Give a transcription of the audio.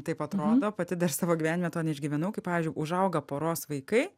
taip atrodo pati dar savo gyvenime to neišgyvenau kaip pavyzdžiui užauga poros vaikai